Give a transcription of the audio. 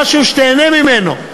משהו שתיהנה ממנו.